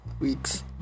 weeks